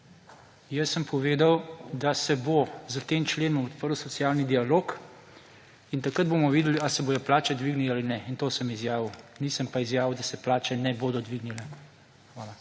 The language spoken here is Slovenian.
Jaz sem povedal, da se bo s tem členom odprl socialni dialog. In takrat bomo videli, a se bojo plače dvignile ali ne. In to sem izjavil. Nisem pa izjavil, da se plače ne bodo dvignile. Hvala.